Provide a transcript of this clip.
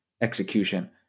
execution